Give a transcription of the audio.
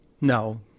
no